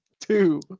two